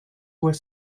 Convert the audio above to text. were